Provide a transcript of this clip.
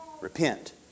repent